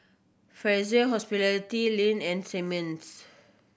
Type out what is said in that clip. Fraser Hospitality Lindt and Simmons